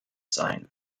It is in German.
sein